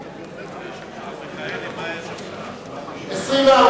בל"ד רע"ם-תע"ל חד"ש להביע אי-אמון בממשלה לא נתקבלה.